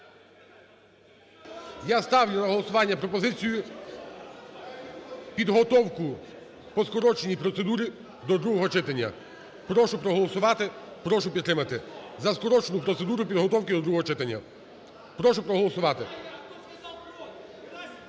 Я ставлю на голосування пропозицію підготовку по скороченій процедурі до другого читання. Прошу проголосувати, прошу підтримати за скорочену процедуру підготовки до другого читання. Прошу проголосувати.